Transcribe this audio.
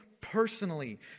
personally